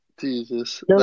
Jesus